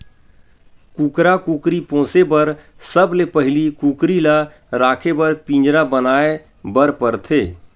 कुकरा कुकरी पोसे बर सबले पहिली कुकरी ल राखे बर पिंजरा बनाए बर परथे